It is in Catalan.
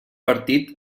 partit